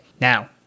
now